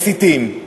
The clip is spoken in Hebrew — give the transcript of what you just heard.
מסיתים,